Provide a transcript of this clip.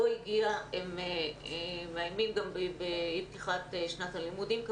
הגיע והם מאיימים בפתיחת שנת הלימודים,